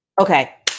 Okay